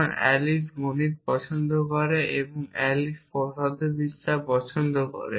কারণ অ্যালিস গণিত পছন্দ করে এবং অ্যালিস পদার্থবিদ্যা পছন্দ করে